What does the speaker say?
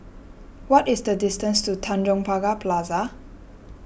what is the distance to Tanjong Pagar Plaza